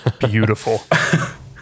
Beautiful